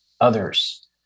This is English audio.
others